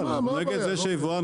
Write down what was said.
אנחנו נגד זה שיבואן